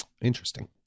Interesting